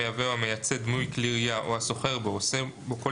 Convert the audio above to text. המייבא או המייצא דמוי כלי ירייה או הסוחר בו או עושה בו כל